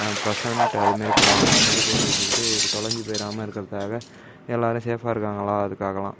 present அது மாரி போடுவாங்கள்ல அது மாரி போட்டு வைச்சிக்கிட்டு தொலஞ்சி போயிடாம இருக்கிறதுக்காக எல்லோரும் சேஃப்பாக இருக்காங்களா அதுக்காகலாம்